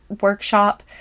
workshop